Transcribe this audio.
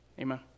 Amen